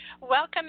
Welcome